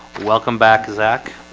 welcome back zach.